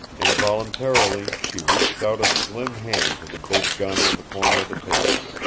involuntarily she reached out a slim hand to the big gun on the corner of the table.